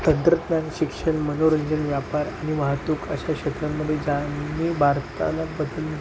तंत्रज्ञान शिक्षण मनोरंजन व्यापार आणि वाहतूक अशा क्षेत्रांमध्ये ज्यांनी भारताला बघि